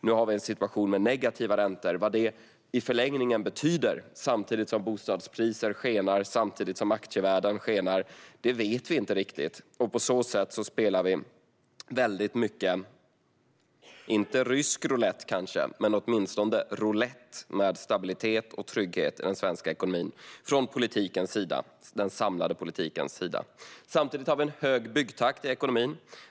Nu har vi en situation med negativa räntor samtidigt som bostadspriser skenar och samtidigt som aktievärlden skenar. Vad det i förlängningen betyder vet vi inte riktigt. På så sätt spelar man från den samlade politiken, kanske inte rysk roulett men åtminstone roulett, med stabilitet och trygghet i den svenska ekonomin. Samtidigt är det en hög byggtakt i ekonomin.